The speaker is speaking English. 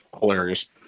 Hilarious